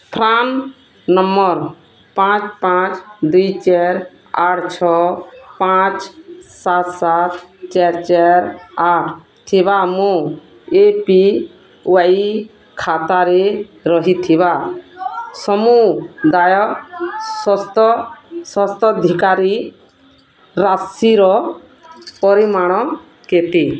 PRAN number ପାଞ୍ଚ ପାଞ୍ଚ ଦୁଇ ଚାରି ଆଠ ଛଅ ପାଞ୍ଚ ସାତ ସାତ ଚାରି ଚାରି ଆଠ ଥିବା ମୋ ଏ ପି ୱାଇ ଖାତାରେ ରହିଥିବା ସମୁଦାୟ ସ୍ୱତ୍ୱାଧିକାରୀ ରାଶିର ପରିମାଣ କେତେ